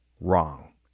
Wrong